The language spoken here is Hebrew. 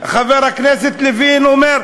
חבר הכנסת לוין אומר,